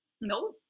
No